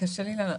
קשה לי לענות.